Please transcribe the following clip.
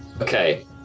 Okay